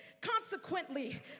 Consequently